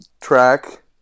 track